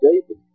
David